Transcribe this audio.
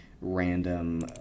random –